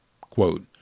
quote